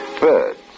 birds